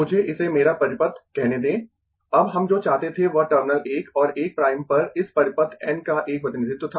मुझे इसे मेरा परिपथ कहने दें अब हम जो चाहते थे वह टर्मिनल 1 और 1 प्राइम पर इस परिपथ N का एक प्रतिनिधित्व था